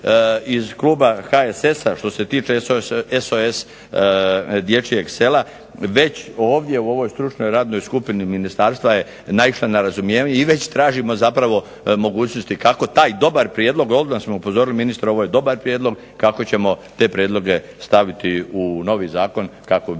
iz kluba HSS-a, što se tiče SOS dječjeg sela već ovdje, u ovoj stručnoj radnoj skupini ministarstva je naišla na razumijevanje, i već tražimo mogućnosti kako taj dobar prijedlog, odmah smo upozorili ministra ovo je dobar prijedlog kako ćemo te prijedloge staviti u novi zakon kako bi